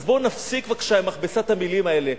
אז בואו נפסיק בבקשה עם מכבסת המלים האלה.